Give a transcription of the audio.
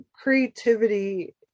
creativity